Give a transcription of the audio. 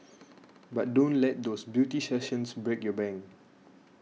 but don't let those beauty sessions break your bank